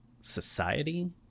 society